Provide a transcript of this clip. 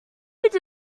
just